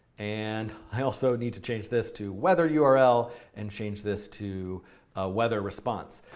and i also need to change this to weather yeah url and change this to weather response.